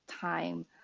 time